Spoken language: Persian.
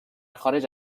خارج